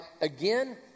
again